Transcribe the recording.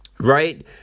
Right